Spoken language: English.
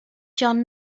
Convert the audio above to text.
john